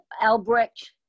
Albrecht